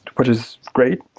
which is great.